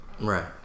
Right